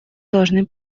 должны